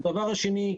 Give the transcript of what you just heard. הדבר השני,